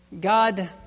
God